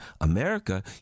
America